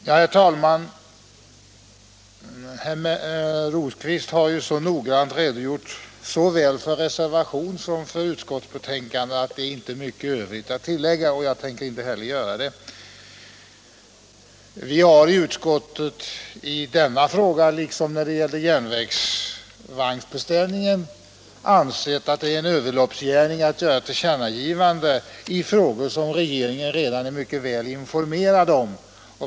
Herr talman! Herr Rosqvist har ju så noggrant redogjort för såväl reservationen som utskottsbetänkandet att det inte återstår mycket att tilllägga, och jag tänker inte heller göra det. Vi har i utskottet i denna fråga liksom när det gällde motorvagns Ett nytt sjömät ningsfartyg Ett nytt sjömätningsfartyg beställningen ansett att det är en överloppsgärning att göra tillkännagivanden i frågor som regeringen redan är mycket väl informerad om.